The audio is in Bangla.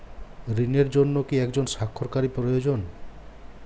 ঋণের জন্য কি একজন স্বাক্ষরকারী প্রয়োজন?